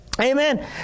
Amen